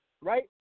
right